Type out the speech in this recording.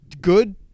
good